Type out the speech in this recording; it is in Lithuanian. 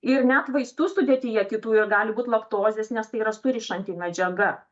ir net vaistų sudėtyje kitų gali būt laktozės nes tai yra surišanti medžiaga